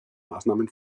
maßnahmen